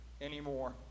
anymore